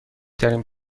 ترین